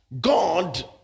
God